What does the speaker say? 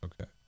Okay